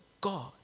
God